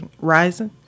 rising